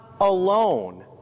alone